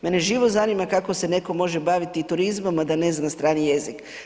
Mene živo zanima kako se neko baviti turizmom, a da ne zna strani jezik.